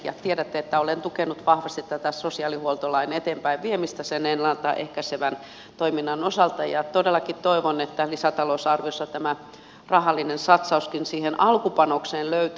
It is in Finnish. tiedätte että olen tukenut vahvasti sitä sen ennalta ehkäisevän toiminnan osalta ja todellakin toivon että lisätalousarviossa tämä rahallinen satsauskin siihen alkupanokseen löytyy